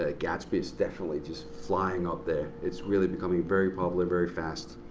ah gatsby is definitely just flying up there. it's really becoming very popular very fast.